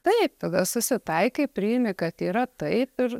taip tada susitaikai priimi kad yra taip ir